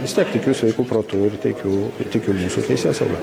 vis tiek tikiu sveiku protu ir tikiu tikiu teisėsauga